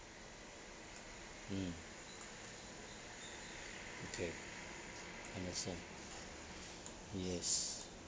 mm okay understand yes